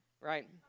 right